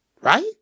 Right